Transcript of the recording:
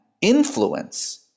influence